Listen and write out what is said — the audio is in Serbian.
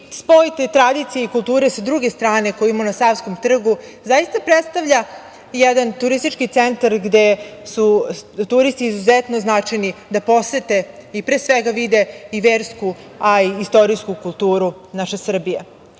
i spojte i tradicije i kulture sa druge strane koji ima na savskom trgu, zaista predstavlja jedan turistički centar gde su turisti izuzetno značajni da posete i pre svega, vide i versku, a i istorijsku kulturu naše Srbije.A